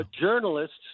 journalist's